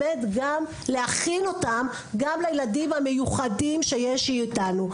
להכין אותם גם לילדים המיוחדים שנמצאים איתנו.